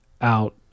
out